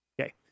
okay